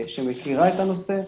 שמכירה את הנושא,